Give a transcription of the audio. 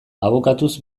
abokatuz